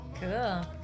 cool